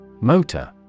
Motor